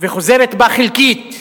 וחוזרת בה חלקית.